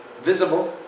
visible